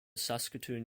saskatoon